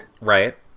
Right